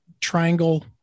triangle